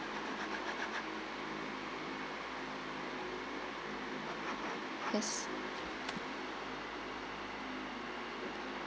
yes